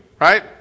right